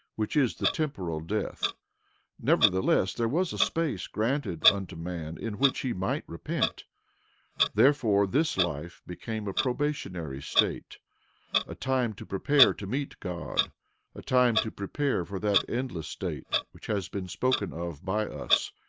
which is the temporal death nevertheless there was a space granted unto man in which he might repent therefore this life became a probationary state a time to prepare to meet god a time to prepare for that endless state which has been spoken of by us,